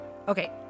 Okay